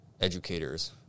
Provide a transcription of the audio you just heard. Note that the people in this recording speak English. educators –